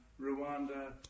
Rwanda